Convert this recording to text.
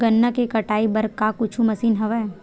गन्ना के कटाई बर का कुछु मशीन हवय?